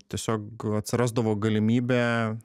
tiesiog atsirasdavo galimybė